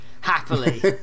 happily